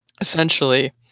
essentially